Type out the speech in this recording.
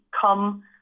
come